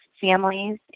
families